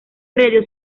predio